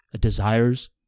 desires